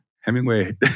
Hemingway